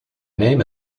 name